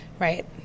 right